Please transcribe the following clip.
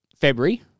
February